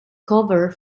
cover